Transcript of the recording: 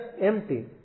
empty